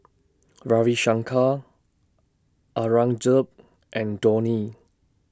Ravi Shankar Aurangzeb and Dhoni